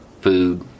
Food